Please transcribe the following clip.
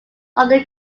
other